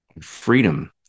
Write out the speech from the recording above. freedom